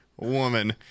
woman